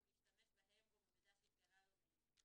ולהשתמש בהם או במידע שהתגלה לו מהם,